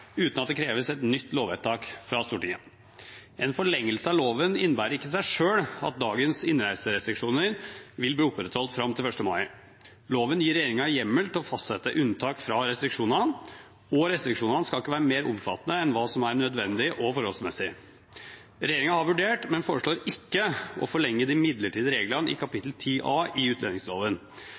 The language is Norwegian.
uten at det kreves et nytt lovvedtak fra Stortinget. En forlengelse av loven innebærer ikke i seg selv at dagens innreiserestriksjoner vil bli opprettholdt fram til 1. mai. Loven gir regjeringen hjemmel til å fastsette unntak fra restriksjonene, og restriksjonene skal ikke være mer omfattende enn hva som er nødvendig og forholdsmessig. Regjeringen har vurdert, men foreslår ikke å forlenge de midlertidige reglene i kapittel 10 a i utlendingsloven.